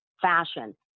fashion